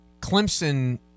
Clemson